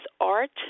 Art